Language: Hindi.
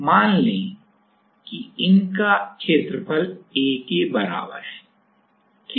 और मान लें कि इनका क्षेत्रफल A के बराबर है ठीक है